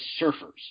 surfers